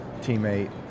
teammate